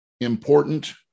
important